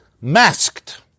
masked